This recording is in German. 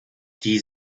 die